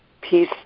peace